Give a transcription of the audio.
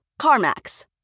CarMax